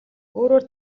өөрөөр